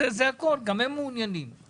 גם הם מעוניינים בזה.